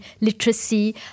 literacy